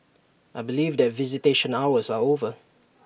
I believe that visitation hours are over